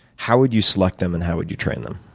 how would you select them and how would you train them?